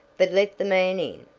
but let the man in.